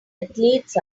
athletes